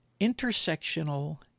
intersectional